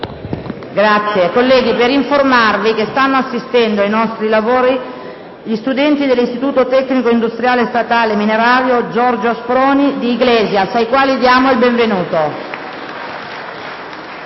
Colleghi, vi informo che stanno assistendo ai nostri lavori gli studenti dell'Istituto tecnico industriale minerario «Giorgio Asproni» di Iglesias, ai quali diamo il benvenuto.